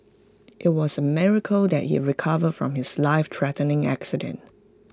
IT was A miracle that he recovered from his lifethreatening accident